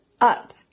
up